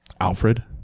Alfred